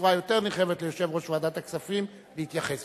בצורה יותר נרחבת ליושב-ראש ועדת הכספים להתייחס.